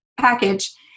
package